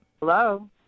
hello